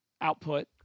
output